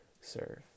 serve